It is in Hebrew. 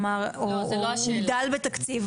הוא דל בתקציב,